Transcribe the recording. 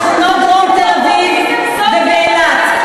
בשכונות דרום תל-אביב ובאילת.